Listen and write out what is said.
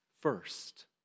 first